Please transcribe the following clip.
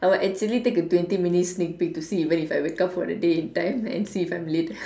I will actually take a twenty minutes sneak peak to see if even I wake up for the day in time and see if I'm late